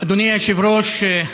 אדוני היושב-ראש,